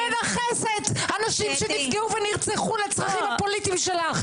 על זה שאת מנכסת אנשים שנפגעו ונרצחו לצרכים הפוליטיים שלך.